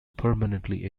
permanently